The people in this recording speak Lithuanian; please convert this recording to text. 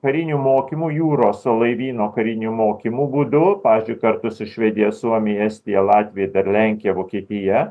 karinių mokymų jūros laivyno karinių mokymų būdu pavyzdžiui kartu su švedija suomija estija latvija dar lenkija vokietija